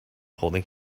holding